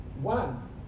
one